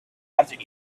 after